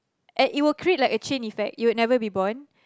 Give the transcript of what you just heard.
and it would like create like a chain effect you would never be born